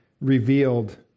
revealed